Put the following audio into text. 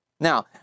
Now